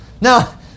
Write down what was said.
Now